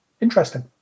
interesting